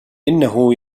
إنه